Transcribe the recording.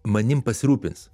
manim pasirūpins